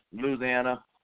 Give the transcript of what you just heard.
Louisiana